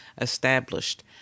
established